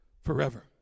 forever